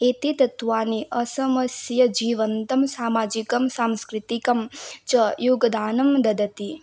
एते तत्वानि असमस्य जीवन्तं सामाजिकं सांस्कृतिकं च योगदानं ददति